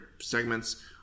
segments